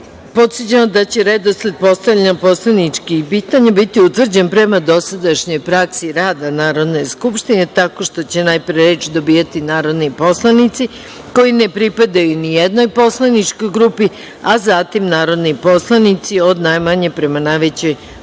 vas da će redosled postavljanja poslaničkih pitanja biti utvrđen prema dosadašnjoj praksi rada Narodne skupštine, tako što će najpre reč dobijati narodni poslanici koji ne pripadaju nijednoj poslaničkoj grupi, a zatim narodni poslanici od najmanje prema najvećoj poslaničkoj